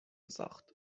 ساخت